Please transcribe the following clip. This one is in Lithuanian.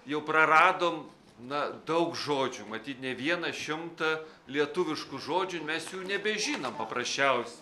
jau praradom na daug žodžių matyt ne vieną šimtą lietuviškų žodžių mes jų nebežinom paprasčiaus